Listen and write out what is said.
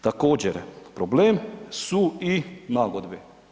Također problem su i nagodbe.